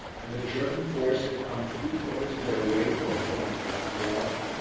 and the german force had come three-quarters of their way or more without an alarm.